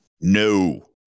No